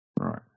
Right